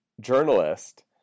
journalist